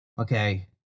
Okay